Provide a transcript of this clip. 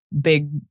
big